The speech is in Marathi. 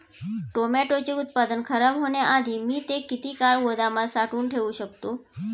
टोमॅटोचे उत्पादन खराब होण्याआधी मी ते किती काळ गोदामात साठवून ठेऊ शकतो?